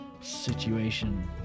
situation